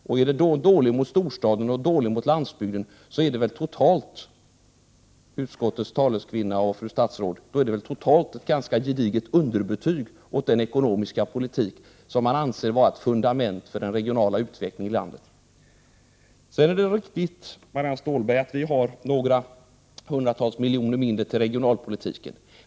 Är den ekonomiska politiken dålig mot storstaden och dålig mot landsbygden, är det väl, utskottets taleskvinna och fru statsråd, totalt ett ganska gediget underbetyg åt den ekonomiska politik som man från ansvarigt håll anser vara ett fundament för den regionala utvecklingen i landet. Sedan är det riktigt, Marianne Stålberg, att vi vill anslå några hundratals miljoner mindre till regionalpolitik.